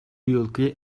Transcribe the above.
yılki